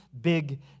big